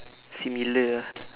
similar ah